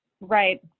Right